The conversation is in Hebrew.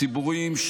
חבר מביא חבר.